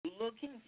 looking